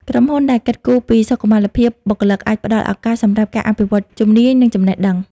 ក្រុមហ៊ុនដែលគិតគូរពីសុខុមាលភាពបុគ្គលិក អាចផ្ដល់ឱកាសសម្រាប់ការអភិវឌ្ឍន៍ជំនាញ និងចំណេះដឹង។